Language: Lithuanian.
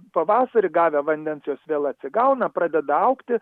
pavasarį gavę vandens jos vėl atsigauna pradeda augti